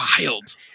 wild